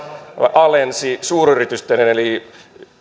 alensi suuryritysten veroa eli